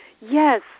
Yes